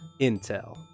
intel